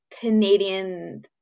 Canadian